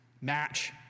match